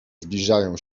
zbliżają